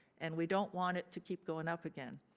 and we don't want it to keep going up again.